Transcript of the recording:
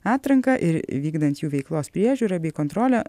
atranką ir vykdant jų veiklos priežiūrą bei kontrolę